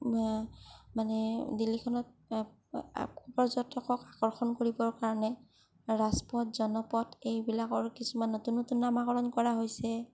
মানে দিল্লীখনক পৰ্যটকক আকৰ্ষণ কৰিবৰ কাৰণে ৰাজপথ জনপথ এইবিলাকৰ কিছুমান নতুন নতুন নামাকৰণ কৰা হৈছে